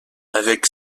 avec